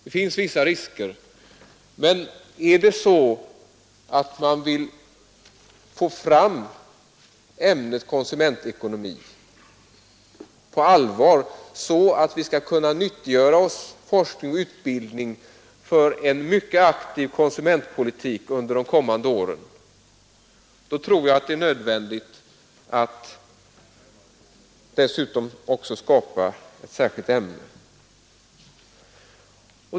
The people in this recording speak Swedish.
Det finns alltså vissa risker, men vill man på allvar få fram ämnet konsumentekonomi så att vi kan nyttiggöra forskning och utbildning för en mycket aktiv konsumentpolitik under de kommande åren, då tror jag att det är nödvändigt att dessutom göra det till ett särskilt ämne.